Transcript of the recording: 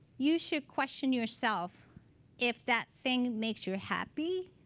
you should question yourself if that thing makes you happy.